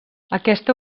aquesta